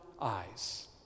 eyes